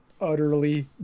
utterly